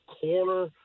corner